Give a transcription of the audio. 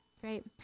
great